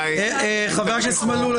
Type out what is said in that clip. חבר הכנסת מלול,